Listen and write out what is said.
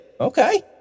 Okay